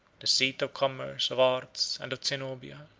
the seat of commerce, of arts, and of zenobia,